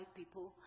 people